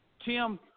Tim